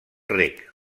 rec